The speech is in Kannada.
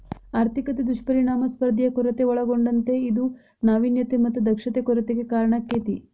ಆರ್ಥಿಕತೆ ದುಷ್ಪರಿಣಾಮ ಸ್ಪರ್ಧೆಯ ಕೊರತೆ ಒಳಗೊಂಡತೇ ಇದು ನಾವಿನ್ಯತೆ ಮತ್ತ ದಕ್ಷತೆ ಕೊರತೆಗೆ ಕಾರಣಾಕ್ಕೆತಿ